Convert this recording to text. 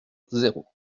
zéro